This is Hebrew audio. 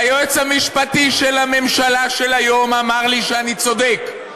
והיועץ המשפטי לממשלה של היום אמר לי שאני צודק,